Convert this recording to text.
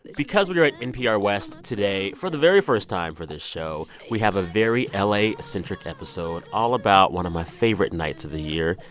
because we are at npr west today, for the very first time for this show, show, we have a very la-centric episode, all about one of my favorite nights of the year,